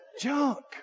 junk